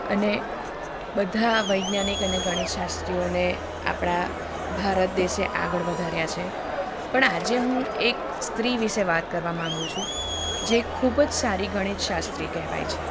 અને બધા વૈજ્ઞાનિક અને ગણિતશાસ્ત્રીઓને આપણા ભારત દેશે આગળ વધાર્યા છે પણ આજે હું એક સ્ત્રી વિશે વાત કરવા માગું છું જે ખૂબ જ સારી ગણિતશાસ્ત્રી કહેવાય છે